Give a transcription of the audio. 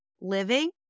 living